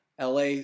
LA